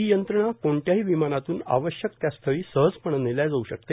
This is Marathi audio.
ही यंत्रणा कोणत्याही विमानातून आवश्यक त्यास्थळी सहजपणे नेल्या जाऊ शकते